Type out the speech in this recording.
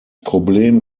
problem